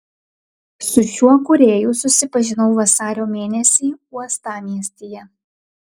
su šiuo kūrėju susipažinau vasario mėnesį uostamiestyje